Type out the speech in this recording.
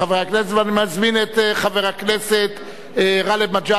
ואני מזמין את חבר הכנסת גאלב מג'אדלה,